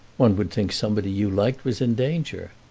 one would think somebody you liked was in danger.